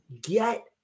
get